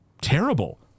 terrible